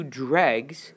dregs